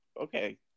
okay